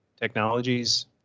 technologies